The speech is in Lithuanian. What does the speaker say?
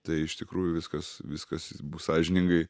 tai iš tikrųjų viskas viskas bus sąžiningai